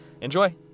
Enjoy